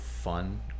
fun